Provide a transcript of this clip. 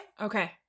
Okay